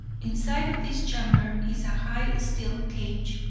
inside of this chamber is a high steel cage,